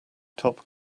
top